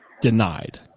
denied